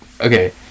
Okay